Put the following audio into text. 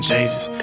Jesus